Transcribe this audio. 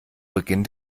beginn